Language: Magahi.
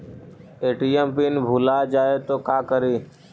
ए.टी.एम पिन भुला जाए तो का करी?